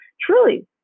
Truly